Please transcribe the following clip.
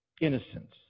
Innocence